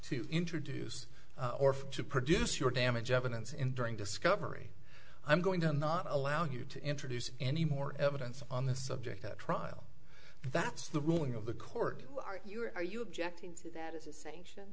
to introduce or to produce your damage evidence enduring discovery i'm going to not allow you to introduce any more evidence on this subject at trial that's the ruling of the court are you or are you objecting to that as a sa